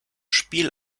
spiel